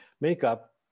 makeup